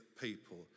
people